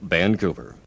Vancouver